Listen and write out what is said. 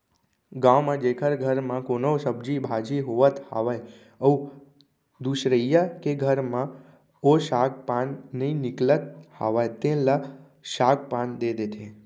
गाँव म जेखर घर म कोनो सब्जी भाजी होवत हावय अउ दुसरइया के घर म ओ साग पान नइ निकलत हावय तेन ल साग पान दे देथे